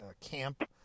camp